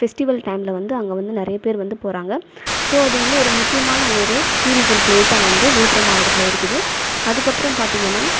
festival டைமில் வந்து அங்கே வந்து நிறையா பேர் வந்து போகிறாங்க ஸோ அது வந்து ஒரு முக்கியமான ஒரு டூரிசம் ப்லேஸா வந்து விழுப்புரம் மாவட்டத்தில் இருக்குது அதுக்கப்புறம் பார்த்தீங்கனா